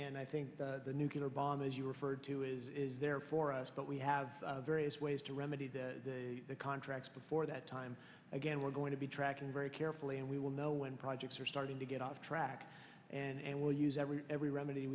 and i think the nuclear bomb as you referred to is there for but we have various ways to remedy the contracts before that time again we're going to be tracking very carefully and we will know when projects are starting to get off track and we'll use every every remedy